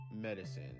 medicine